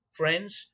friends